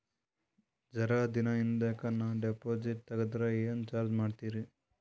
ಜರ ದಿನ ಹಿಂದಕ ನಾ ಡಿಪಾಜಿಟ್ ತಗದ್ರ ಏನ ಚಾರ್ಜ ಮಾಡ್ತೀರಿ?